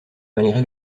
malgré